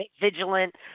vigilant